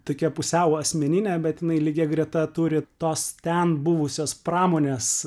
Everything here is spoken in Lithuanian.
tokia pusiau asmeninė bet jinai lygia greta turi tos ten buvusios pramonės